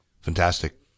Fantastic